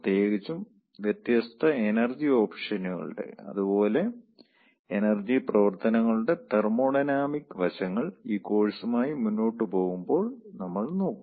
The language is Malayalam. പ്രത്യേകിച്ചും വ്യത്യസ്ത എനർജി ഓപ്ഷനുകളുടെ അതുപോലെ എനർജി പ്രവർത്തനങ്ങളുടെ തെർമോഡൈനാമിക് വശങ്ങൾ ഈ കോഴ്സുമായി മുന്നോട്ട് പോകുമ്പോൾ നമ്മൾ നോക്കും